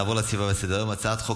נעבור להצעה הבאה בסדר-היום,